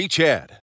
Chad